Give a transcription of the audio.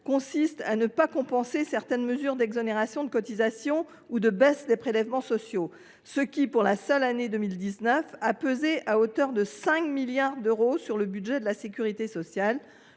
consiste à ne pas compenser certaines mesures d’exonération de cotisations ou de baisse des prélèvements sociaux, ce qui, pour la seule année 2019, a pesé à hauteur de 5 milliards d’euros sur le budget de la sécurité sociale,